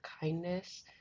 kindness